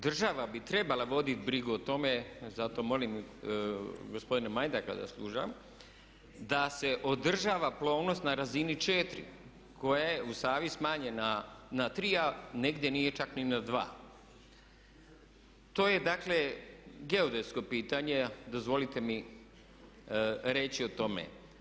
Država bi trebala voditi brigu o tome, zato molim gospodina Majdaka da sluša, da se održava plovnost na razini 4 koja je u Savi smanjena na 3 a negdje nije čak ni na 2. To je dakle geodetsko pitanje, dozvolite mi da reći o tome.